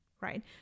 right